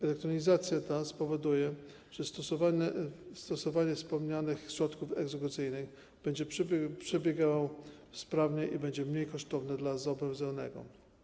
Elektronizacja spowoduje, że stosowanie wspomnianych środków egzekucyjnych będzie przebiegało sprawniej i będzie mniej kosztowne dla zobowiązanego.